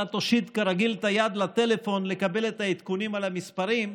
אתה תושיט כרגיל את היד לטלפון לקבל את העדכונים על המספרים,